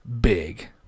big